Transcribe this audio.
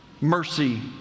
mercy